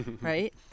right